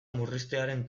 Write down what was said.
murriztearen